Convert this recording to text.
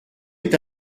est